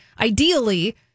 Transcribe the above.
ideally